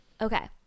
okay